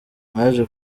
naje